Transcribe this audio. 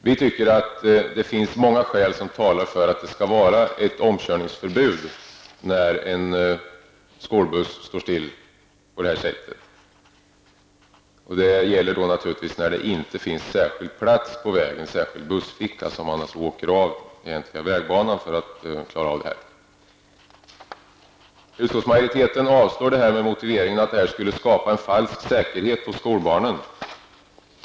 Vi tycker att det finns många skäl som talar för ett omkörningsförbud när en skolbuss står stilla på det här sättet. Det gäller naturligtvis inte om det finns en särskild plats, en särskild bussficka där man åker av den egentliga vägbanan för att klara av detta. Utskottsmajoriteten avslår detta med motiveringen att det skulle skapa en falsk säkerhet hos skolbarnen.